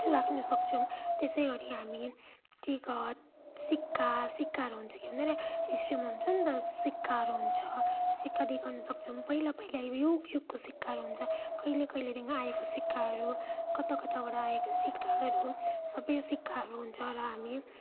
राख्न सक्छौँ त्यसै गरी हामी टिकट सिक्का सिक्काहरू हुन्छ कि हुँदैन हिस्ट्रीमा हुन्छ नि त सिक्काहरू हुन्छ सिक्का देखाउन सक्छौँ पहिला पहिला युग युगको सिक्काहरू हुन्छ कहिले किहिलेदेखि आएको सिक्काहरू कता कताबाट आएका सिक्काहरू सबै सिक्काहरू हुन्छ र हामी